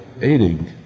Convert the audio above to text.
aiding